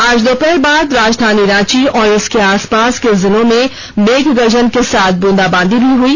आज दोपहर बाद राजधानी रांची और इसके आसपास के जिलों में मेघ गर्जन के साथ ब्रंदाबांदी भी हई